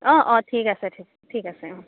অ' অ' ঠিক আছে ঠিক ঠিক আছে অ'